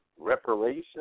Reparation